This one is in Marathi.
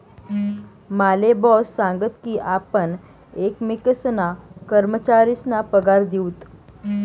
माले बॉस सांगस की आपण एकमेकेसना कर्मचारीसना पगार दिऊत